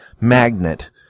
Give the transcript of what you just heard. magnet